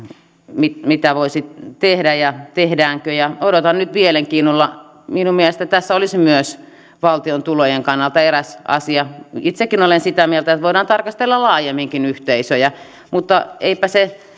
mitä mitä voisi tehdä ja tehdäänkö odotan nyt mielenkiinnolla minun mielestäni tässä olisi myös valtion tulojen kannalta eräs asia itsekin olen sitä mieltä että voidaan tarkastella laajemminkin yhteisöjä mutta eipä se